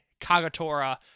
Kagatora